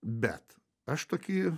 bet aš tokį